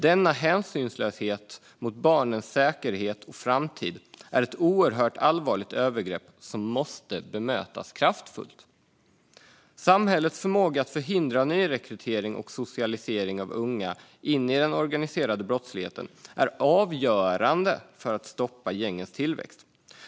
Denna hänsynslöshet mot barnens säkerhet och framtid är ett oerhört allvarligt övergrepp som måste bemötas kraftfullt. Samhällets förmåga att förhindra nyrekrytering och socialisering av unga in i den organiserade brottsligheten är avgörande för att stoppa gängens tillväxt.